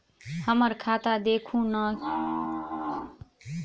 हम्मर खाता देखू नै के.वाई.सी भेल अई नै?